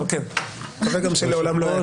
נקווה גם שלעולם לא.